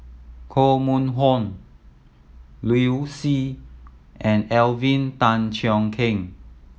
Koh Mun Hong Liu Si and Alvin Tan Cheong Kheng